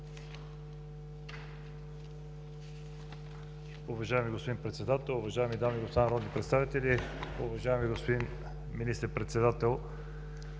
Уважаеми господин Председател, уважаеми госпожи и господа народни представители, уважаеми господин Министър-председател!